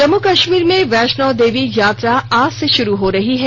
जम्मू कश्मीर में वैष्णो देवी यात्रा आज से शुरू हो रही है